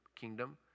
kingdom